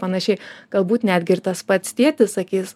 panašiai galbūt netgi ir tas pats tėtis sakys